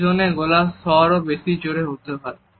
এই জোনে গলার স্বরও বেশি জোরে হতে হয়